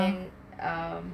and um